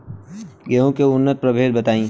गेंहू के उन्नत प्रभेद बताई?